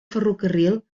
ferrocarril